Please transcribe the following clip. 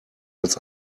als